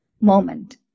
moment